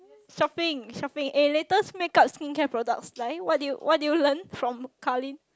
shopping shopping eh latest make-up skincare products 来 what do you what do you learn from Carlyn